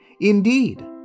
Indeed